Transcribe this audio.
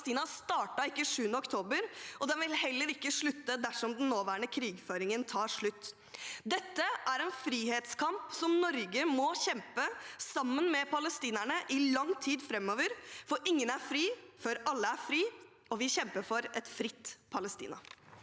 Palestina startet ikke den 7. oktober, og den vil heller ikke slutte dersom den nåværende krigføringen tar slutt. Dette er en frihetskamp Norge må kjempe sammen med palestinerne i lang tid framover, for ingen er fri før alle er fri, og vi kjemper for et fritt Palestina.